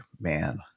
Man